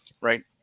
Right